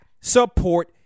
support